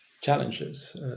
challenges